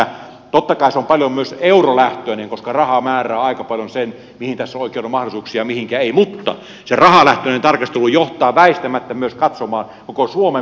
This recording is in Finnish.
totta kai se on paljon myös eurolähtöinen koska raha määrää aika paljon sen mihin tässä oikein on mahdollisuuksia ja mihinkä ei mutta se rahalähtöinen tarkastelu johtaa väistämättä myös katsomaan koko suomen puolustuksen konseptia